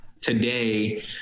today